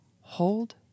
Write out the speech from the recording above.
hold